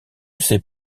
sait